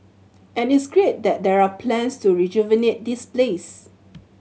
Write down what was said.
and it's great that there are plans to rejuvenate this place